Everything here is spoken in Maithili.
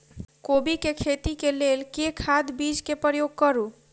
कोबी केँ खेती केँ लेल केँ खाद, बीज केँ प्रयोग करू?